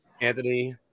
Anthony